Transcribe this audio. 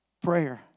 prayer